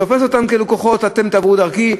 הוא תופס אותם כלקוחות: אתם תעברו דרכי.